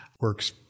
works